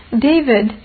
David